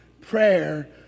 Prayer